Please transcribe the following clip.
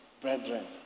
brethren